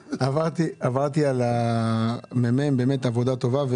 הממ"מ, באמת עבודה טובה.